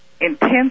intense